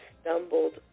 stumbled